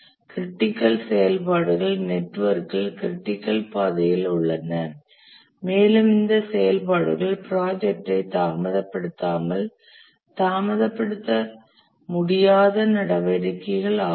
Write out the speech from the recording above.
critical செயல்பாடுகள் நெட்வொர்க்கில் critical பாதையில் உள்ளன மேலும் இந்த செயல்பாடுகள் ப்ராஜெக்டை தாமதப்படுத்தாமல் தாமதப்படுத்த முடியாத நடவடிக்கைகள் ஆகும்